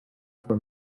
for